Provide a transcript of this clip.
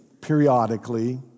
periodically